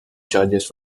charges